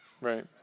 Right